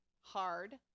hard